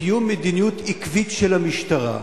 וקיום מדיניות עקבית של המשטרה.